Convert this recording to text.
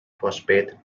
phosphate